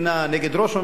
נגד ראש ממשלה,